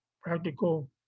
practical